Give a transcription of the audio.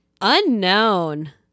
Unknown